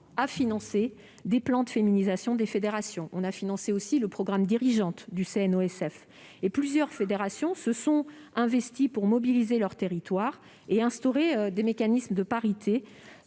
a financé des plans de féminisation des fédérations. Nous avons financé aussi le programme « dirigeantes » du CNOSF, et plusieurs fédérations se sont investies pour mobiliser leur territoire et instaurer des mécanismes de parité